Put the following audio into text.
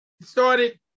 started